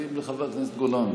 מפריעים לחבר הכנסת גולן.